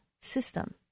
system